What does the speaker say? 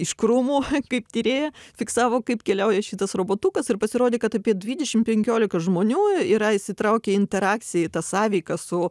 iš krūmų kaip tyrėja fiksavo kaip keliauja šitas robotukas ir pasirodė kad apie dvidešim penkiolika žmonių yra įsitraukę į interakciją į tą sąveiką su